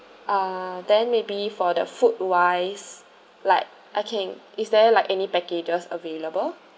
ah then maybe for the food wise like okay is there like any packages available